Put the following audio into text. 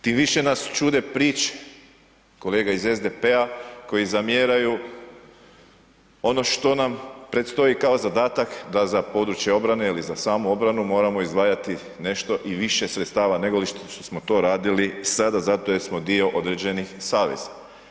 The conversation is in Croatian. Tim više nas čude priče kolege iz SDP-a koji zamjeraju ono što nam predstoji kao zadatak da za područje obrane ili samu obranu, moramo izdvajati nešto i više sredstava nego li što smo to radili sada jer smo dio određenih saveza.